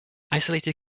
isolated